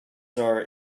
are